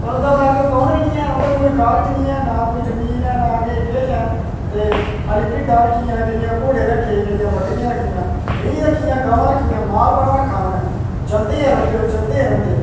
पर bank account गै निं ऐ उंदे कोल उंदे कोल कागज निं ऐ नां कोई जमीन ऐ ना कोई किश ऐ ते खाली भिड्डां रक्खी दियां जां घोड़े रक्खे दे जां बकरियां रक्खी दियां मेही रक्खी दियां गमां रक्खी दियां माल बड़ा रक्खा दा उनें चलदे गै रौंह्दे ओह् चलदे गै रौंह्दे